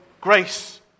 grace